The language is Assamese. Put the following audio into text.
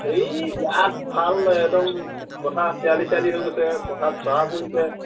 সেই বিৰাট ভাল একদম পথাৰত চিৰালি চিৰালি হৈ গৈছে পথাৰত চহা পৰিছে